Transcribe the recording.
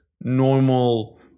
normal